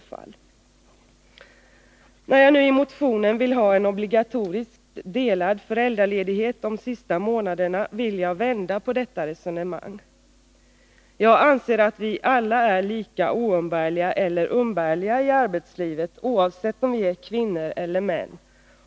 När jag nu i motionen föreslår en obligatoriskt delad föräldraledighet de sista månaderna, vill jag vända på detta resonemang. Jag anser att vi alla är lika oumbärliga eller umbärliga i arbetslivet, oavsett om vi är kvinnor eller män.